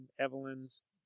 Evelyn's